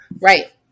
Right